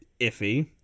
iffy